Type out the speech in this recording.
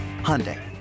Hyundai